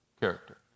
Character